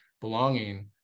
belonging